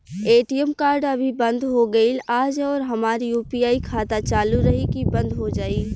ATM card अभी बंद हो गईल आज और हमार यू.पी.आई खाता चालू रही की बन्द हो जाई?